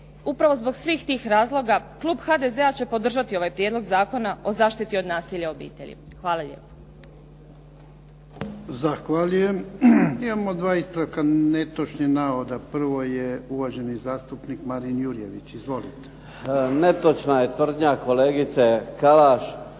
Upravo zbog svih tih razloga klub HDZ-a će podržati ovaj Prijedlog zakona o zaštiti od nasilja u obitelji. Hvala lijepo. **Jarnjak, Ivan (HDZ)** Imamo dva ispravka netočnih navoda. Prvo je uvaženi zastupnik Marin Jurjević. Izvolite. **Jurjević, Marin (SDP)** Netočna je tvrdnja kolegice Kalaš